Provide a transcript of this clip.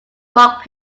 rock